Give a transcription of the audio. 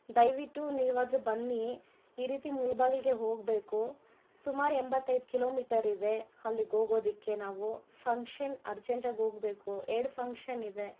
ದಯವಿಟ್ಟು ನೀವಾದರು ಬನ್ನಿ ಈ ರೀತಿ ಮುಳಬಾಗ್ಲಿಗೆ ಹೋಗಬೇಕು ಸುಮಾರು ಎಂಬತ್ತೈದು ಕಿಲೋಮೀಟರಿದೆ ಅಲ್ಲಿಗೋಗೋದಕ್ಕೆ ನಾವು ಫಂಕ್ಷನ್ ಅರ್ಜೆಂಟಾಗಿ ಹೋಗ್ಬೇಕು ಎರಡು ಫಂಕ್ಷನ್ನಿದೆ